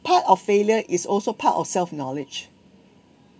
part of failure is also part of self knowledge